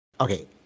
Okay